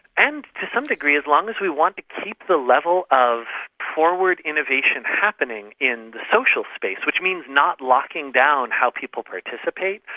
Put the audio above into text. and to some degree as long as we want to keep the level of forward innovation happening in the social space, which means not locking down how people participate,